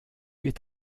est